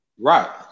right